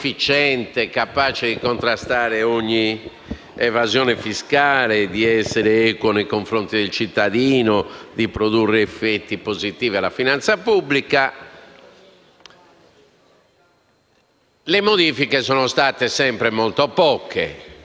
le modifiche sono state sempre molto poche e sempre molto misurate e solo oggi abbiamo una corposa riscrittura di questa tematica. Ovviamente sto